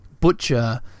Butcher